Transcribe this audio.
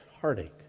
heartache